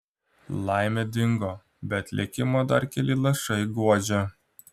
laimė dingo bet likimo dar keli lašai guodžia